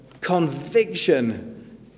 conviction